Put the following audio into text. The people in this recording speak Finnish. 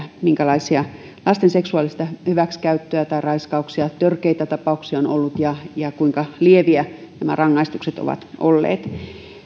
minkälaista lasten seksuaalista hyväksikäyttöä tai raiskauksia törkeitä tapauksia on ollut ja ja kuinka lieviä nämä rangaistukset ovat olleet